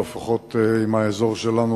לפחות עם האזור שלנו,